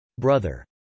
Brother